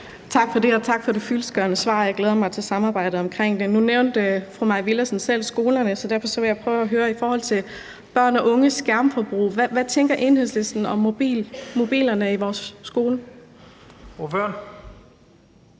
Tak for det, og tak for det fyldestgørende svar. Jeg glæder mig til samarbejdet omkring det. Nu nævnte fru Mai Villadsen selv skolerne, så derfor vil jeg i forhold til børns og unges skærmforbrug gerne høre, hvad Enhedslisten tænker om mobilerne i vores skole.